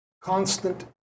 constant